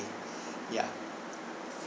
ya